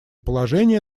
положения